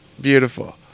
Beautiful